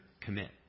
commit